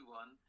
one